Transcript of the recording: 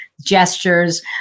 gestures